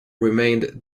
remained